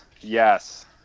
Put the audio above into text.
Yes